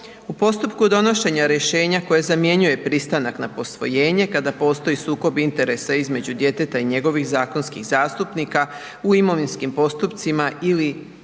U postupku donošenja rješenja koje zamjenjuje pristanak na posvojenje kada postoji sukob interesa između djeteta i njegovih zakonskih zastupnika u imovinskim postupcima ili